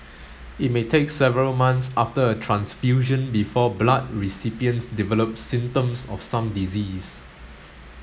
it may take several months after a transfusion before blood recipients develop symptoms of some diseases